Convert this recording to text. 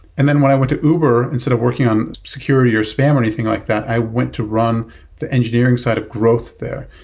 and then when i went to uber, instead of working on security or spam or anything like that, i went to run the engineering side of growth there.